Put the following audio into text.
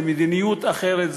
זה מדיניות אחרת,